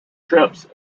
trips